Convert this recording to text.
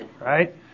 right